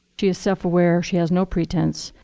she is self-aware, she has no pretense,